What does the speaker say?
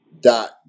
dot